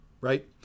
Right